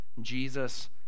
Jesus